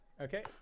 Okay